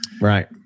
right